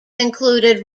included